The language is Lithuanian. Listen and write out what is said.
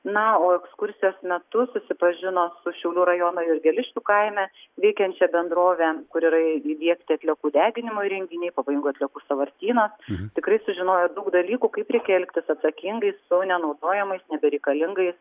na o ekskursijos metu susipažino su šiaulių rajono jurgėliškių kaime veikiančia bendrove kur yra įdiegti atliekų deginimo įrenginiai pavojingų atliekų sąvartynas tikrai sužinojo daug dalykų kaip reikia elgtis atsakingai su nenaudojamais nebereikalingais